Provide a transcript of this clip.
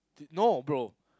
no bro